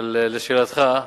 אבל לשאלתך,